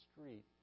street